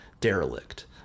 derelict